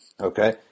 okay